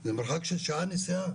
זה מרחק של שעה נסיעה